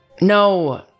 No